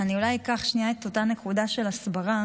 אני אולי אקח את אותה נקודה של הסברה.